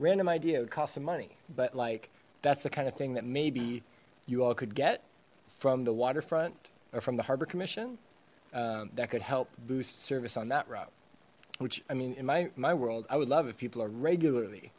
random idea would cost some money but like that's the kind of thing that maybe you all could get from the waterfront or from the harbor commission that could help boost service on that row which i mean in my world i would love if people are regularly